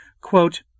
Quote